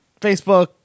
Facebook